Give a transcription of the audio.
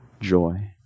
joy